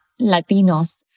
Latinos